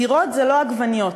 דירות זה לא עגבניות,